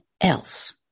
else